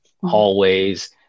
hallways